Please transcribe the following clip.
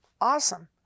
Awesome